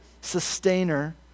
sustainer